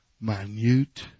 Minute